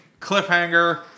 Cliffhanger